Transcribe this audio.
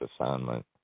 assignment